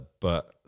But-